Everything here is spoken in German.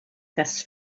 das